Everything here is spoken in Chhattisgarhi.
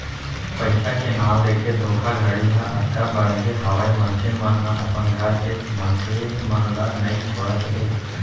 पइसा के नांव लेके धोखाघड़ी ह अतका बड़गे हावय मनसे मन ह अपन घर के मनसे मन ल नइ छोड़त हे